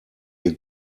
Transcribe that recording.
ihr